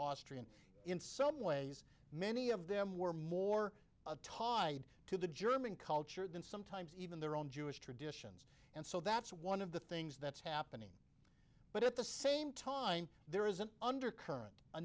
austrian in some ways many of them were more todd to the german culture than sometimes even their own jewish traditions and so that's one of the things that's happening but at the same time there is an undercurrent a